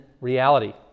reality